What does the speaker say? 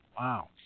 Wow